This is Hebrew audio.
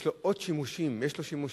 יש לו עוד שימושים, יש לו שימושים.